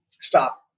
stop